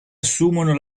assumono